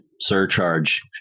surcharge